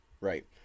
Right